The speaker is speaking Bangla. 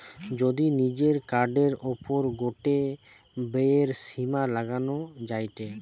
যদি নিজের কার্ডের ওপর গটে ব্যয়ের সীমা লাগানো যায়টে